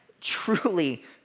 truly